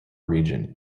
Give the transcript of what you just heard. region